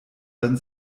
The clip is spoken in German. dann